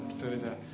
further